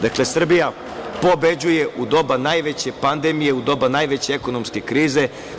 Dakle, Srbija pobeđuje u doba najveće pandemije, u doba najveće ekonomske krize.